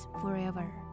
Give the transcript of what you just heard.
forever